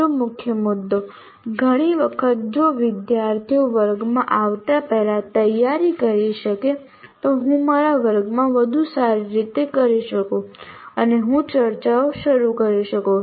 બીજો મુખ્ય મુદ્દો ઘણી વખત જો વિદ્યાર્થીઓ વર્ગમાં આવતા પહેલા તૈયારી કરી શકે તો હું મારા વર્ગમાં વધુ સારી રીતે કરી શકું અને હું ચર્ચાઓ શરૂ કરી શકું